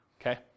okay